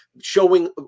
showing